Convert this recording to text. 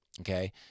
Okay